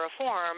Reform